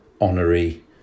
honorary